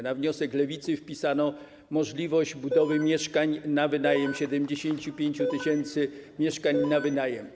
Na wniosek Lewicy wpisano możliwość budowy mieszkań na wynajem, 75 tys. mieszkań na wynajem.